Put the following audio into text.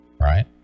right